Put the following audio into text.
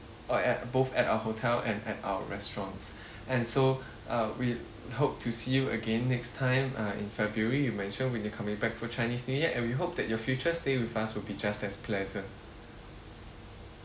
uh at both at our hotel and at our restaurants and so uh we hope to see you again next time uh in february you mention when you coming back for chinese new year and we hope that your future stay with us will be just as pleasant